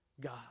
God